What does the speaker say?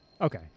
Okay